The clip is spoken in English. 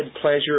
pleasure